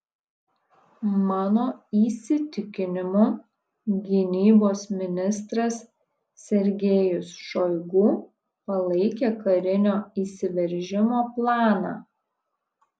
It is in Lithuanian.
mano įsitikinimu gynybos ministras sergejus šoigu palaikė karinio įsiveržimo planą